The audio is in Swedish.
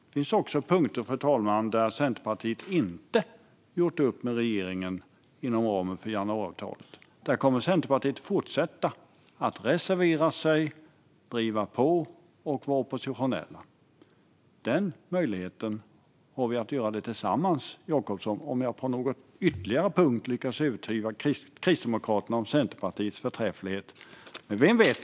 Det finns också punkter, fru talman, där Centerpartiet inte gjort upp med regeringen inom ramen för januariavtalet. Där kommer Centerpartiet att fortsätta reservera sig, driva på och vara oppositionella. Den möjligheten har vi att göra tillsammans, Jacobsson, om jag på någon ytterligare punkt lyckas övertyga Kristdemokraterna om Centerpartiets förträfflighet. Men vem vet?